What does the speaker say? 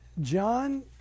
John